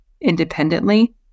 independently